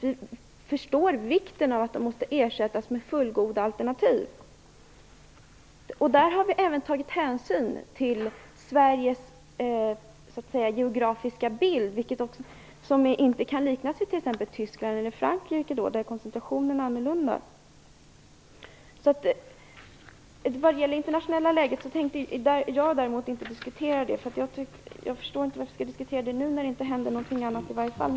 Vi förstår vikten av att de måste ersättas med fullgoda alternativ. Vi har även tagit hänsyn till Sveriges geografiska bild som t.ex. inte kan liknas vid Tysklands eller Frankrikes, där koncentrationen är annorlunda. Jag tänker inte diskutera det internationella läget. Jag förstår inte varför vi skall diskutera det nu när det inte händer något i alla fall.